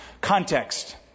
Context